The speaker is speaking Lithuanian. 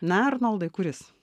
na arnoldai kuris